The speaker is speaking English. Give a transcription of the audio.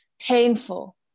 painful